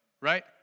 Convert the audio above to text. right